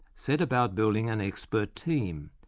set about building an expert team,